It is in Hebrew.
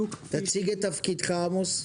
תציג את תפקידך, עמוס.